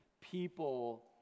people